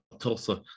Tulsa